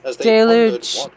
deluge